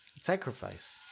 Sacrifice